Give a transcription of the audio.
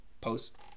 post